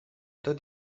tot